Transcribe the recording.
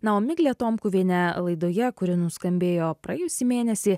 na o miglė tomkuvienė laidoje kuri nuskambėjo praėjusį mėnesį